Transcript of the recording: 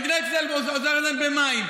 מדינת ישראל עוזרת להם במים,